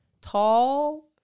tall